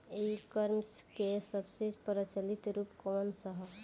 ई कॉमर्स क सबसे प्रचलित रूप कवन सा ह?